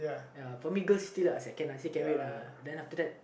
ya for me girls still are second uh I say can wait lah then after that